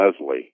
Leslie